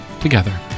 together